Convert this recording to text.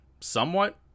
somewhat